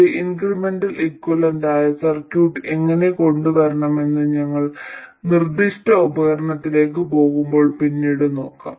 ഈ ഇൻക്രിമെന്റൽ ഇക്വലന്റായ സർക്യൂട്ട് എങ്ങനെ കൊണ്ടുവരുമെന്ന് ഞങ്ങൾ നിർദ്ദിഷ്ട ഉപകരണത്തിലേക്ക് പോകുമ്പോൾ പിന്നീട് നോക്കാം